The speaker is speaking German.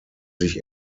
sich